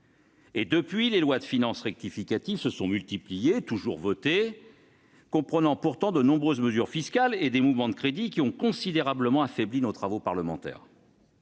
Depuis, les lois de finances rectificatives se sont multipliées. Elles ont toutes été adoptées, même si elles comportent de nombreuses mesures fiscales et des mouvements de crédits qui ont considérablement affaibli nos travaux parlementaires.